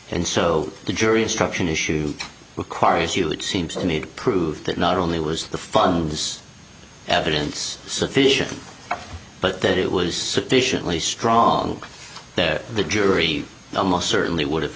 and so the jury instruction issue requires you it seems to need prove that not only was the funds evidence sufficient but that it was sufficiently strong the jury almost certainly would